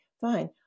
Fine